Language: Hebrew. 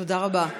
תודה רבה.